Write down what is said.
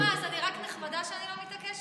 אז מה, אני רק נחמדה שאני לא מתעקשת?